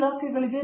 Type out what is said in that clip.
professor